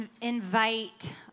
invite